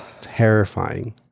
terrifying